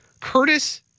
Curtis